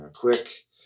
Quick